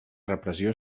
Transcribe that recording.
repressió